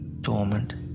dormant